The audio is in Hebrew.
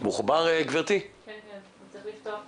שמעתי את